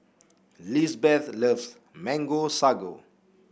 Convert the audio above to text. Lizbeth loves Mango Sago